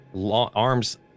arms